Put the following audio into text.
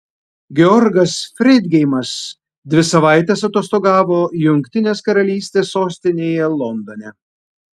georgas freidgeimas dvi savaites atostogavo jungtinės karalystės sostinėje londone